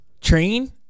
train